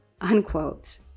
Unquote